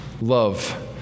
Love